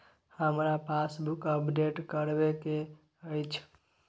हमरा passbook update करैबे के अएछ?